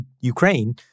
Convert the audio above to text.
Ukraine